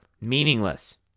meaningless